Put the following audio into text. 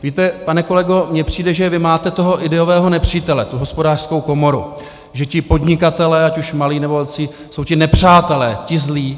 Víte, pane kolego, mně přijde, že vy máte toho ideového nepřítele, tu Hospodářskou komoru, že ti podnikatelé, ať už malí, nebo velcí, jsou ti nepřátelé, ti zlí.